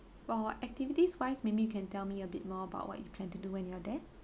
for activities wise maybe you can tell me a bit more about what you plan to do when you're threre